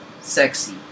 sexy